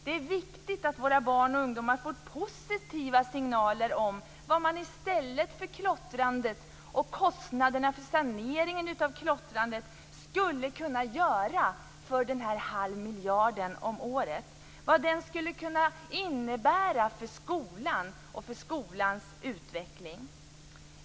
Det är viktigt att våra barn och ungdomar får positiva signaler om vad man i stället för klottrandet och saneringen av klottrandet skulle kunna göra för den halva miljarden om året, vad det skulle kunna innebära för skolan och för skolans utveckling.